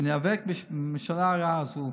וניאבק בממשלה הרעה הזאת.